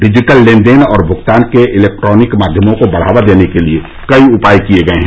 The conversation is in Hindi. डिजिटल लेनदेन और भुगतान के इलेक्ट्रानिक माध्यमों को बढावा देने के लिए कई उपाय किए गए हैं